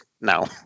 No